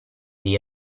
dei